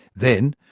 then,